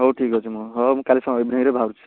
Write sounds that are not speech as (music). ହଉ ଠିକ୍ ଅଛି ମୁଁ ହଉ କାଲି (unintelligible) ଇଭିନିଙ୍ଗରେ ବାହାରୁଛି